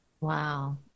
wow